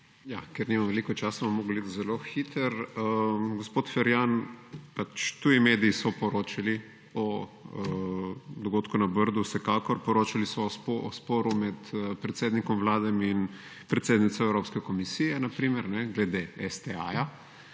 Ker nimam veliko časa bomo mogli iti zelo hitro. Gospod Ferjan pač tuji mediji so poročali o dogodku na Brdu vsekakor poročali so o sporu med predsednikom Vlade in predsednico Evropske komisije na primer glede STA,